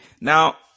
Now